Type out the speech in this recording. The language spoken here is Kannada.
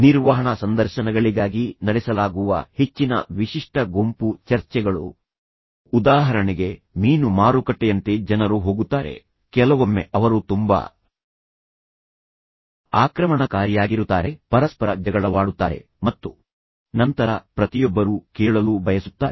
ನಿರ್ವಹಣಾ ಸಂದರ್ಶನಗಳಿಗಾಗಿ ನಡೆಸಲಾಗುವ ಹೆಚ್ಚಿನ ವಿಶಿಷ್ಟ ಗುಂಪು ಚರ್ಚೆಗಳು ಉದಾಹರಣೆಗೆ ಮೀನು ಮಾರುಕಟ್ಟೆಯಂತೆ ಜನರು ಹೋಗುತ್ತಾರೆ ಕೆಲವೊಮ್ಮೆ ಅವರು ತುಂಬಾ ಆಕ್ರಮಣಕಾರಿಯಾಗಿರುತ್ತಾರೆ ಪರಸ್ಪರ ಜಗಳವಾಡುತ್ತಾರೆ ಮತ್ತು ನಂತರ ಪ್ರತಿಯೊಬ್ಬರೂ ಕೇಳಲು ಬಯಸುತ್ತಾರೆ